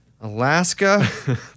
Alaska